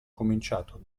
cominciato